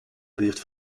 buurt